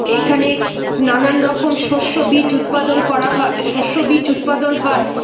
এখানে নানান রকম শস্য বীজ উৎপাদন করা হয় শস্য বীজ উৎপাদন হয়